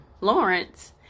Lawrence